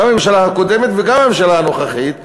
גם הממשלה הקודמת וגם הממשלה הנוכחית,